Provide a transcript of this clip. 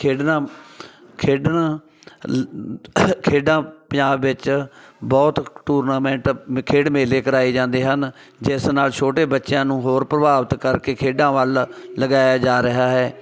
ਖੇਡਣਾ ਖੇਡਣਾ ਲ ਖੇਡਾਂ ਪੰਜਾਬ ਵਿੱਚ ਬਹੁਤ ਟੂਰਨਾਮੈਂਟ ਖੇਡ ਮੇਲੇ ਕਰਾਏ ਜਾਂਦੇ ਹਨ ਜਿਸ ਨਾਲ ਛੋਟੇ ਬੱਚਿਆਂ ਨੂੰ ਹੋਰ ਪ੍ਰਭਾਵਿਤ ਕਰਕੇ ਖੇਡਾਂ ਵੱਲ ਲਗਾਇਆ ਜਾ ਰਿਹਾ ਹੈ